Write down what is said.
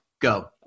Go